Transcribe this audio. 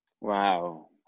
wow